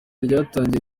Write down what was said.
ryatangiye